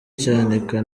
cyanika